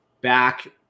back